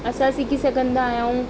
असां सिखी सघंदा आहियूं